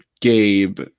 Gabe